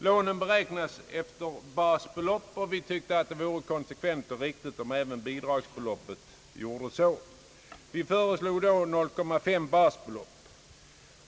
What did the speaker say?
Lånen beräknas efter basbelopp, och vi tyckte att det skulle vara konsekvent och riktigt om även bidragsbeloppet beräknades på det sättet. Vi föreslog då 0,5 basbelopp.